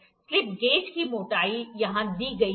slip gauge की मोटाई यहाँ दी गई है